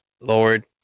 Lord